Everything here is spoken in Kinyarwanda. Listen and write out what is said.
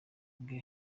bwe